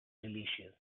delicious